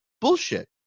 Bullshit